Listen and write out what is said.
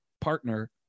partner